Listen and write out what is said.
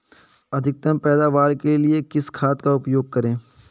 अधिकतम पैदावार के लिए किस खाद का उपयोग करें?